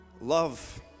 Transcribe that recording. Love